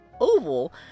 oval